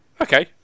Okay